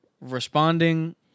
responding